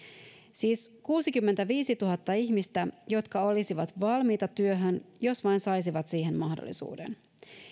siis kuusikymmentäviisituhatta ihmistä jotka olisivat valmiita työhön jos vain saisivat siihen mahdollisuuden